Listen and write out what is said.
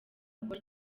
kuba